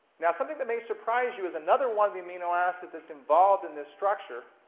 now something that may surprise you is another one of the amino acids that's involved in this structure,